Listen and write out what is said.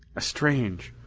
a strange,